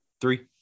three